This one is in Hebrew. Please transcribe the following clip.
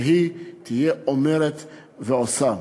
שהיא תהיה אומרת ועושה.